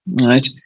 right